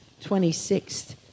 26th